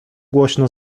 głośno